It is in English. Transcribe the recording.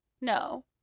No